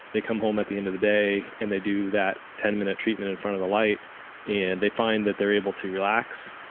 they come home at the end of the day and they do that ten minute treatment in front of the light and they find that they're able to relax,